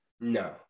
no